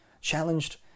challenged